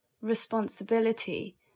responsibility